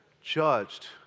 judged